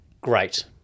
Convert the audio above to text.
Great